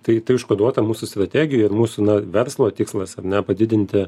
tai tai užkoduota mūsų strategijoj ir mūsų na verslo tikslas ar ne padidinti